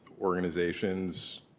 organizations